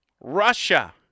Russia